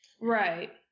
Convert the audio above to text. right